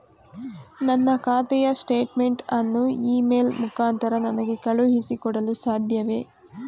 ನನ್ನ ಖಾತೆಯ ಸ್ಟೇಟ್ಮೆಂಟ್ ಅನ್ನು ಇ ಮೇಲ್ ಮುಖಾಂತರ ನನಗೆ ಕಳುಹಿಸಿ ಕೊಡಲು ಸಾಧ್ಯವೇ?